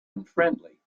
unfriendly